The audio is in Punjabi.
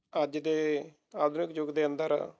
ਅੱਜ ਦੇ ਆਧੁਨਿਕ ਯੁੱਗ ਦੇ ਅੰਦਰ